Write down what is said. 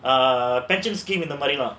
ah pension scheme in the money lah